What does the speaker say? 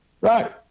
Right